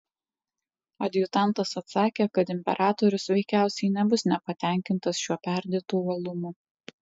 adjutantas atsakė kad imperatorius veikiausiai nebus nepatenkintas šiuo perdėtu uolumu